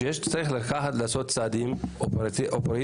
אני חושב שצריך לעשות צעדים אופרטיביים,